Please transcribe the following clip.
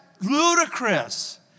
ludicrous